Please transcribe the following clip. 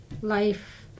life